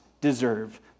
deserve